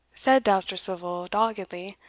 said dousterswivel, doggedly,